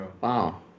Wow